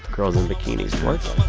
girls in bikinis